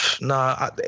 nah